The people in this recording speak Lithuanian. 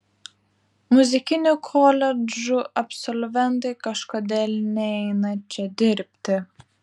muzikinių koledžų absolventai kažkodėl neina čia dirbti